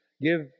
give